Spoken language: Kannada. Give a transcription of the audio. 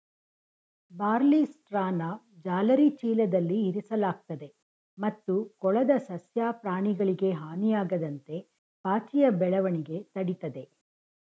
ಬಾರ್ಲಿಸ್ಟ್ರಾನ ಜಾಲರಿ ಚೀಲದಲ್ಲಿ ಇರಿಸಲಾಗ್ತದೆ ಮತ್ತು ಕೊಳದ ಸಸ್ಯ ಪ್ರಾಣಿಗಳಿಗೆ ಹಾನಿಯಾಗದಂತೆ ಪಾಚಿಯ ಬೆಳವಣಿಗೆ ತಡಿತದೆ